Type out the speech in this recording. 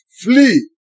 flee